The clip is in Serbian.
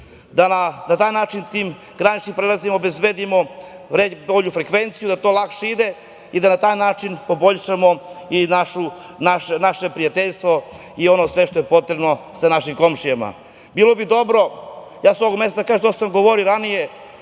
da na taj način na graničnim prelazima obezbedimo bolju frekvenciju, da to lakše ide i da na taj način poboljšamo i naše prijateljstvo i ono sve što je potrebno sa našim komšijama. Sa ovog mesta kažem i to sam govorio i ranije,